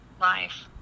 life